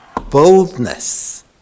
boldness